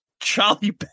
Charlie